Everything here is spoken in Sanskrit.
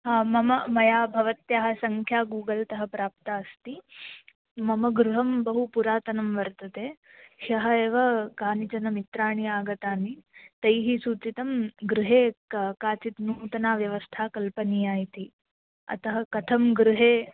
हा मम मया भवत्याः सङ्ख्या गूगल्तः प्राप्ता अस्ति मम गृहं बहु पुरातनं वर्तते ह्यः एव कानिचन मित्राणि आगतानि तैः सूचितं गृहे का काचित् नूतना व्यवस्था कल्पनीया इति अतः कथं गृहे